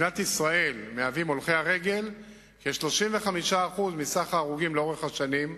במדינת ישראל הולכי הרגל הם כ-35% מכלל ההרוגים במשך השנים.